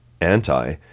Anti